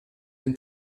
dem